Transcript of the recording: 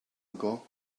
ago